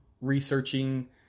researching